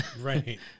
Right